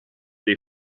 dei